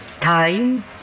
Time